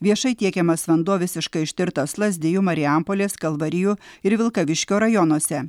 viešai tiekiamas vanduo visiškai ištirtas lazdijų marijampolės kalvarijų ir vilkaviškio rajonuose